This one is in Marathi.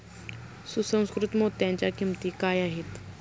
सुसंस्कृत मोत्यांच्या किंमती काय आहेत